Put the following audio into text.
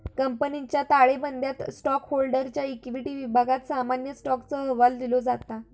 कंपनीच्या ताळेबंदयात स्टॉकहोल्डरच्या इक्विटी विभागात सामान्य स्टॉकचो अहवाल दिलो जाता